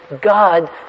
God